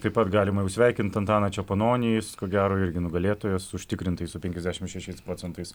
taip pat galima jau sveikint antaną čepononį jis ko gero irgi nugalėtojas užtikrintai su penkiasdešimt šešiais procentais